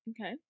Okay